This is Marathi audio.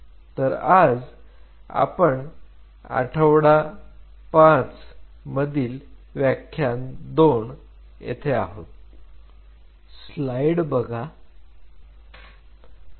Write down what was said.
तर आज आपण आठवडा 5 व्याख्यान 2 येथे आहोत